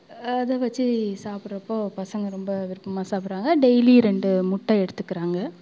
அதை வச்சு சாப்பிட்றப்போ பசங்க ரொம்ப விருப்பமாக சாப்பிட்றாங்க டெய்லியும் ரெண்டு முட்டை எடுத்துக்குறாங்க